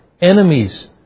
enemies